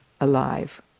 alive